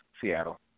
Seattle